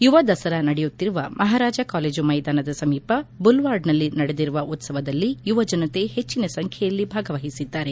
ಯುವ ದಸರಾ ನಡೆಯುತ್ತಿರುವ ಮಹಾರಾಜ ಕಾಲೇಜು ಮೈದಾನ ಸಮೀಪದ ಬುಲ್ವಾರ್ಡ್ನಲ್ಲಿ ನಡೆದಿರುವ ಉತ್ಸವದಲ್ಲಿ ಯುವ ಜನತೆ ಹೆಚ್ಚಿನ ಸಂಖ್ಯೆಯಲ್ಲಿ ಭಾಗವಹಿಸಿದ್ದಾರೆ